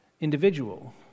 individual